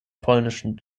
polnischen